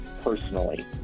personally